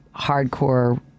hardcore